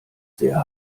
sehr